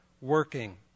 working